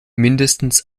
mindestens